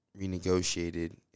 Renegotiated